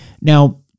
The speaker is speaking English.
Now